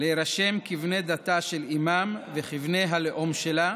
להירשם כבני דתה של אימם וכבני הלאום שלה